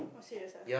oh serious ah